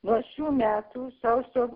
nuo šių metų sausio